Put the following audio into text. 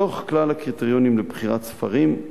מתוך כלל הקריטריונים לבחירת ספרים,